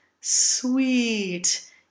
Sweet